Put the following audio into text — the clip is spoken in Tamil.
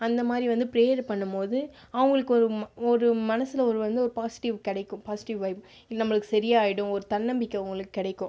அந்த மாதிரி வந்து ப்ரேயர் பண்ணும்போது அவர்களுக்கு ஒரு ஒரு மனசில் ஒரு வந்து ஒரு பாஸிட்டிவ் கிடைக்கும் பாஸிட்டிவ் வைப் இது நம்மளுக்கு சரி ஆகிடும் ஒரு தன்னம்பிக்கை அவர்களுக்கு கிடைக்கும்